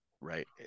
right